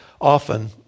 often